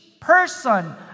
person